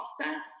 process